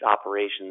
operations